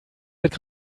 wird